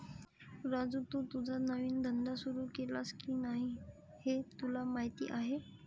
राजू, तू तुझा नवीन धंदा सुरू केलास की नाही हे तुला माहीत आहे